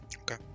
Okay